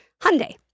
Hyundai